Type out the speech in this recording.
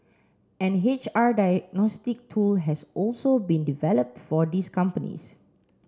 an H R diagnostic tool has also been developed for these companies